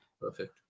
Perfect